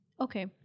okay